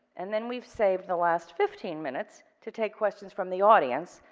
and then we've saved the last fifteen minutes to take questions from the audience.